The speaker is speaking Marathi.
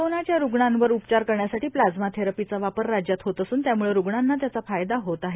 कोरोनाच्या रुग्णांवर उपचार करण्यासाठी प्लाझ्मा थेरपीचा वापर राज्यात होत असून त्याम्ळं रुग्णांना त्याचा फायदा होत आहे